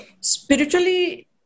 spiritually